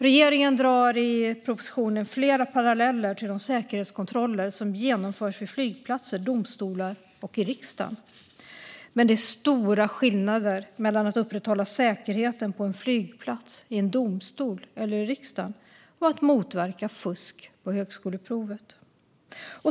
Regeringen drar i propositionen flera paralleller till de säkerhetskontroller som genomförs vid flygplatser, domstolar och i riksdagen. Men det är stora skillnader mellan att upprätthålla säkerheten på en flygplats, i en domstol eller i riksdagen och att motverka fusk på högskoleprovet.